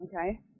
okay